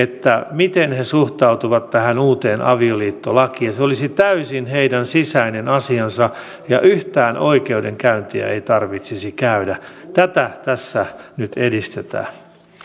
miten he suhtautuvat tähän uuteen avioliittolakiin se olisi täysin heidän sisäinen asiansa ja yhtään oikeudenkäyntiä ei tarvitsisi käydä tätä tässä nyt edistetään